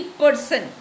person